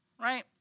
right